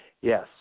Yes